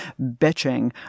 bitching